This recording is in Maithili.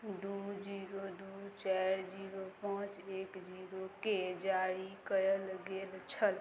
दू जीरो दू चाइर जीरो पाँच एक जीरोकेँ जारी कयल गेल छल